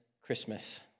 Christmas